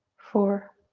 four,